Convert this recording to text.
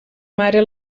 mare